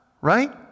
right